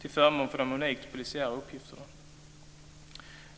till förmån för de unikt polisiära uppgifterna.